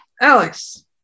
Alex